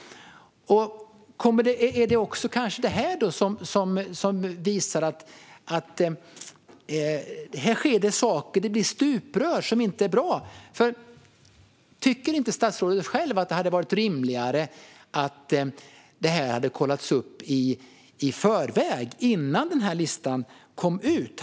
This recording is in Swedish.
Här sker det saker, och det blir stuprör som inte är bra. Tycker statsrådet inte själv att det vore rimligare om man kollade upp detta i förväg och innan den här listan kom ut?